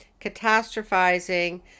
catastrophizing